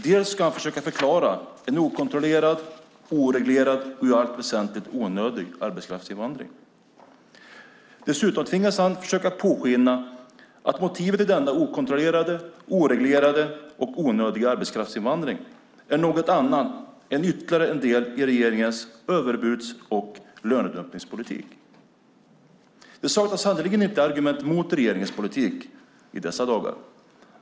Dels ska han försöka förklara en okontrollerad, oreglerad och i allt väsentligt onödig arbetskraftsinvandring, dels tvingas han låta påskina att motivet till denna okontrollerade, oreglerade och onödiga arbetskraftsinvandring är något annat än ytterligare en del i regeringens överbuds och lönedumpningspolitik. Det saknas sannerligen inte argument mot regeringens politik i dessa dagar.